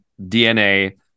DNA